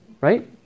right